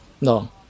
No